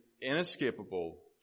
inescapable